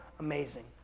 amazing